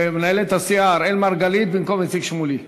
מנהלת הסיעה, אראל מרגלית במקום איציק שמולי.